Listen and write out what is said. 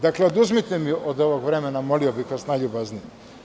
Dakle, oduzmite mi od ovog vremena, molio bih vas najljubaznije.